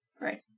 Right